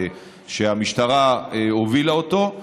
שהמשטרה הובילה אותו,